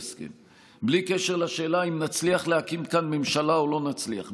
בלי קשר לשאלה אם נצליח להקים כאן ממשלה או לא נצליח,